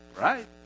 Right